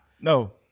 No